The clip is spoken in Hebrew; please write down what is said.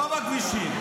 לא בכבישים,